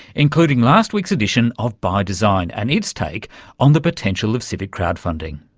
including last week's edition of by design and its take on the potential of civic crowd-funding